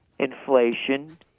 inflation